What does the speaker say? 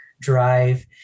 drive